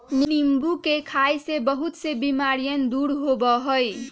नींबू के खाई से बहुत से बीमारियन दूर होबा हई